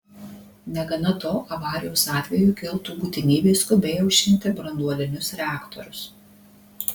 negana to avarijos atveju kiltų būtinybė skubiai aušinti branduolinius reaktorius